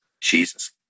Jesus